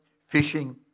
fishing